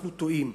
אנחנו טועים.